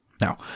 Now